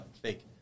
fake